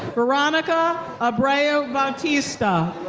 veronica abreu ah bautista.